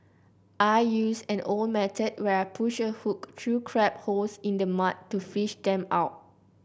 I use an old method where I push a hook through crab holes in the mud to fish them out